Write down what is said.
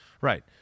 Right